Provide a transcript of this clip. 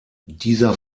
dieser